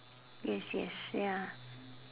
yes yes ya